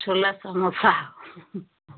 छोला samosa